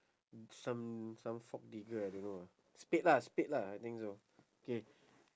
some some fork digger I don't know lah spade lah spade lah I think so K